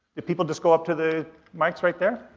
if people just go up to the mics right there.